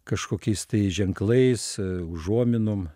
kažkokiais tai ženklais užuominom